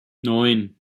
neun